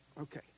okay